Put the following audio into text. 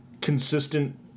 consistent